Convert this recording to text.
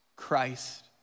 Christ